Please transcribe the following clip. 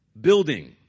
building